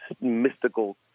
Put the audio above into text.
mystical